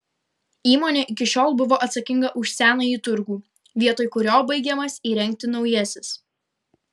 įmonė iki šiol buvo atsakinga už senąjį turgų vietoj kurio baigiamas įrengti naujasis